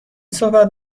صحبت